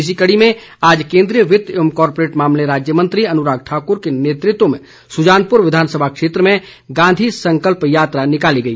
इसी कड़ी में आज केन्द्रीय वित्त एवं कॉरपोरेट मामले राज्य मंत्री अनुराग ठाक्र के नेतृत्व में सुजानपुर विधानसभा क्षेत्र में गांधी संकल्प पदयात्रा निकाली गई